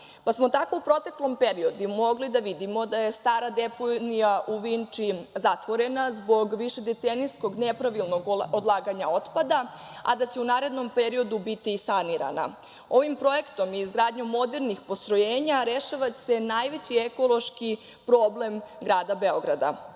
pa smo tako u proteklom periodu mogli da vidimo da je stara deponija u Vinči zatvorena zbog višedecenijskog nepravilnog odlaganja otpada, a da će u narednom periodu biti i sanirana. Ovim projektom i izgradnjom modernih postrojenja rešava se najveći ekološki problem grada Beograda. Takođe,